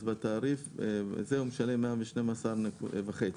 אז בתעריף הזה הוא משלם 112.5 שקלים,